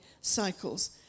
cycles